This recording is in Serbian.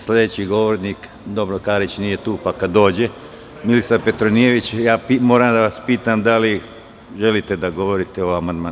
Sledeći govornik je, Karić nije tu, pa kada dođe, Milisav Petronijević, ali ja moram da vas pitam da li želite da govorite o amandmanu.